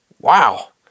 wow